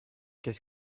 qu’est